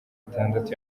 itandatu